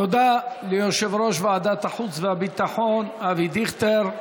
תודה ליושב-ראש ועדת החוץ והביטחון אבי דיכטר.